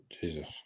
Jesus